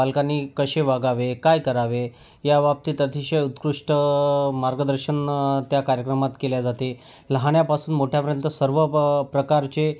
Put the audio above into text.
बालकांनी कसे वागावे काय करावे याबाबतीत अतिशय उत्कृष्ट मार्गदर्शन त्या कार्यक्रमात केले जाते लहानांपासून मोठ्यांपर्यंत सर्व प प्रकारचे